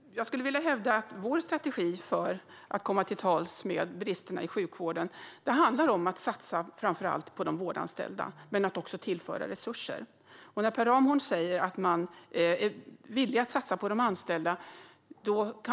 Herr talman! Jag skulle vilja hävda att vår strategi för att komma till rätta med bristerna i sjukvården handlar om att satsa framför allt på de vårdanställda men att också tillföra resurser. När Per Ramhorn säger att man är villig att satsa på de anställda